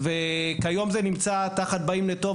כיום זה נמצא תחת "באים בטוב".